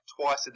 twice